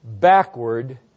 backward